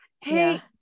Hey